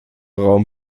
raum